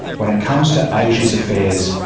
when it comes to asia's affairs,